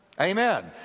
Amen